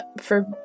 for-